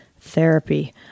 therapy